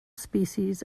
species